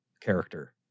character